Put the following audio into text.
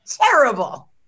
terrible